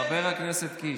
חבר הכנסת קיש,